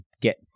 get